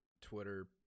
Twitter